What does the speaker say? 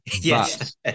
yes